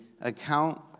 account